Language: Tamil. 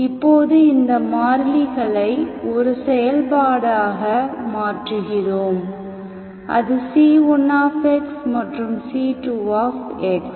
இப்போது இந்த மாறிலிகளை ஒரு செயல்பாடாக மாற்றுகிறோம் அது c1x மற்றும் c2x